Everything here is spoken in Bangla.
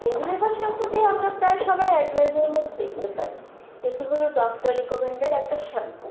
ইন্দুলেখা শ্যাম্পুটি আমরা প্রায় সময় মধ্যে দেখতে পারি এটি হলো ডাক্তার রেকমেন্ডেড একটা শ্যাম্পু